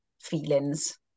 feelings